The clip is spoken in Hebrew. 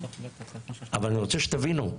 אני רוצה שתבינו,